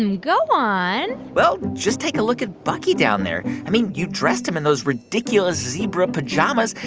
um go on well, just take a look at bucky down there. i mean, you dressed him in those ridiculous zebra pajamas,